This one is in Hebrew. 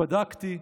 בדקתי,